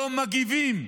לא מגיבים.